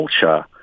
culture